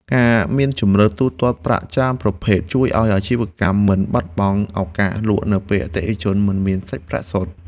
ការមានជម្រើសទូទាត់ប្រាក់ច្រើនប្រភេទជួយឱ្យអាជីវកម្មមិនបាត់បង់ឱកាសលក់នៅពេលអតិថិជនមិនមានសាច់ប្រាក់សុទ្ធ។